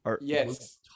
yes